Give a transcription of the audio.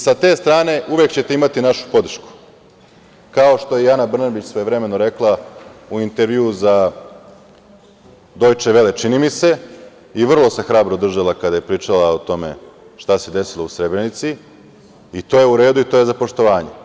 Sa te strane uvek ćete imati našu podršku, kao što i Ana Brnabić svojevremeno rekla u intervju za „Dojče vele“, i vrlo se hrabro držala kada je pričala o tome šta se desilo u Srebrenici i to je u redu i to je za poštovanje.